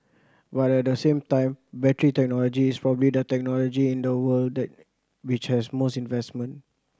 but at the same time battery technology is probably the technology in the world which has most investment